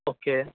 okay